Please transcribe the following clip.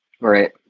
Right